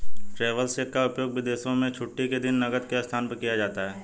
travellers cheque का उपयोग विदेशों में छुट्टी के दिन नकद के स्थान पर किया जाता है